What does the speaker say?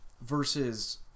Versus